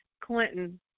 Clinton